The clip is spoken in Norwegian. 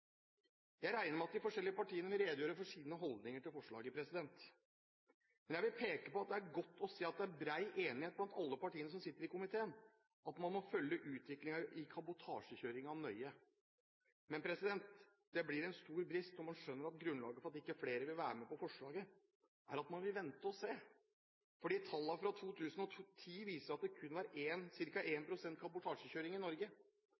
Jeg regner med at de forskjellige partiene vil redegjøre for sine holdninger til forslaget, men jeg vil peke på at det er godt å se at det er bred enighet blant alle partiene som sitter i komiteen, om at man må følge utviklingen i kabotasjekjøringen nøye. Men det blir en stor brist når man skjønner at grunnlaget for at ikke flere vil være med på forslaget, er at man vil vente og se, fordi tallene fra 2010 viser at det kun var ca. 1 pst. kabotasjekjøring i Norge.